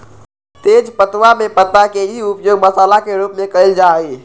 तेजपत्तवा में पत्ता के ही उपयोग मसाला के रूप में कइल जा हई